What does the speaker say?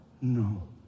no